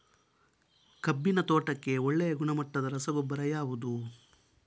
ಕಬ್ಬಿನ ತೋಟಕ್ಕೆ ಒಳ್ಳೆಯ ಗುಣಮಟ್ಟದ ರಸಗೊಬ್ಬರ ಯಾವುದು?